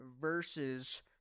versus